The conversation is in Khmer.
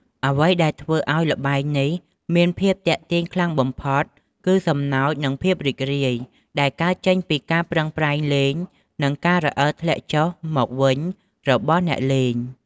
អ្វីដែលធ្វើឱ្យល្បែងនេះមានភាពទាក់ទាញខ្លាំងបំផុត គឺ សំណើច និងភាពរីករាយ ដែលកើតចេញពីការប្រឹងប្រែងលេង និងការរអិលធ្លាក់ចុះមកវិញរបស់អ្នកលេង។